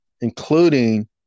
including